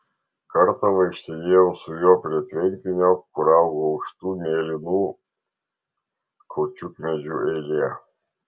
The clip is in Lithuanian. kartą vaikštinėjau su juo prie tvenkinio kur augo aukštų mėlynų kaučiukmedžių eilė